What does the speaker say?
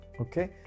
Okay